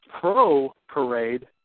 pro-parade